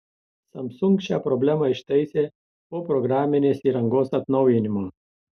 samsung šią problemą ištaisė po programinės įrangos atnaujinimo